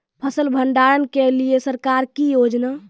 फसल भंडारण के लिए सरकार की योजना?